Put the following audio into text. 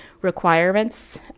requirements